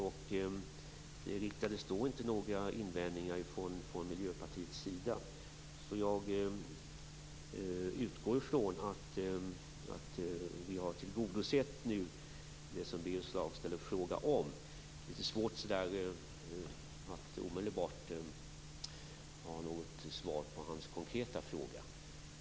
Det gjordes inte då några invändningar från Miljöpartiets sida. Jag utgår från att vi tillgodosett det som Birger Schlaug ställer sin frågan om. Det är litet svårt att omedelbart ha något svar på hans konkreta fråga.